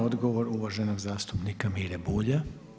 Odgovor uvaženog zastupnika Mire Bulja.